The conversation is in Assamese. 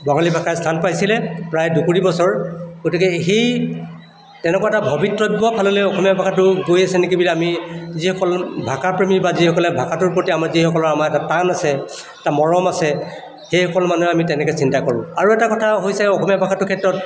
বঙালী ভাষাই স্থান পাইছিলে প্ৰায় দুকুৰি বছৰ গতিকে সেই তেনেকুৱা এটা ভবিতজ্ঞ ফাললৈ অসমীয়া ভাষাটো গৈ আছে নেকি বুলি আমি যিসকল ভাষাপ্ৰেমী বা যিসকলে ভাষাটোৰ প্ৰতি আমাৰ যিসকলৰ আমাৰ এটা টান আছে এটা মৰম আছে সেইসকল মানুহে আমি তেনেকৈ চিন্তা কৰোঁ আৰু এটা কথা হৈছে অসমীয়া ভাষাটোৰ ক্ষেত্ৰত